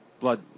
blood